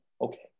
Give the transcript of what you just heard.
okay